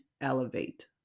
Elevate